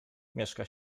mieszka